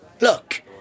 Look